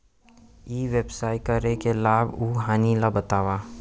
ई व्यवसाय करे के लाभ अऊ हानि ला बतावव?